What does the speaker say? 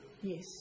Yes